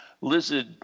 lizard